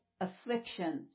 afflictions